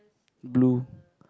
blue